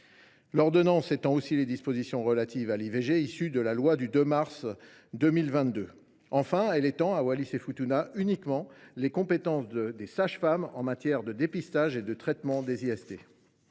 L’ordonnance étend aussi les dispositions relatives à l’IVG issues de la loi du 2 mars 2022. Enfin, elle étend à Wallis et Futuna uniquement les compétences des sages femmes en matière de dépistage et de traitement des